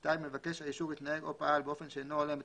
(2) מבקש האישור התנהג או פעל באופן שאינו הולם את